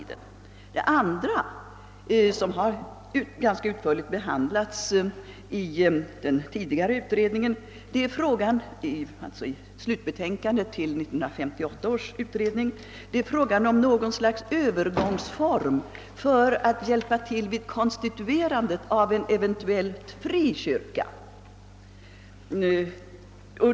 Den andra, som ganska utförligt har behandlats i slutbetänkandet till 1958 års utredning, är frågan om något sorts övergångsorgan för att hjälpa till vid konstituerandet av en eventuellt fri kyrka.